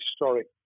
historic